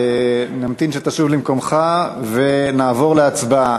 נמתין שתשוב למקומך ונעבור להצבעה.